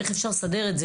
איך אפשר לסדר את זה